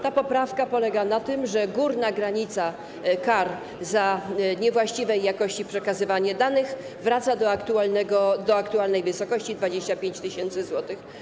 Ta poprawka polega na tym, że górna granica kar za niewłaściwej jakości przekazywanie danych wraca do aktualnej wysokości 25 tys. zł.